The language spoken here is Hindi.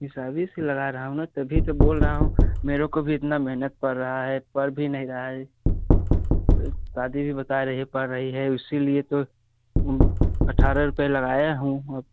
हिसाब ही से लगा रहा हूँ ना तभी तो बोल रहा हूँ मेरे को भी इतना मेहनत पड़ रही है पड़ भी नहीं रहा है शादी भी बता रही है पड़ रही है उसी लिए तो अट्ठारह रुपये लगाया हूँ अब